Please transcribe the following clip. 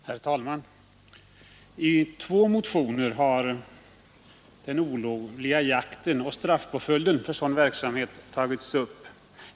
Herr talman! I två motioner har. den olovliga jakten och straffpåföljden för sådan verksamhet tagits upp.